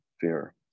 fear